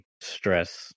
stress